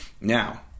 Now